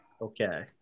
okay